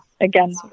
Again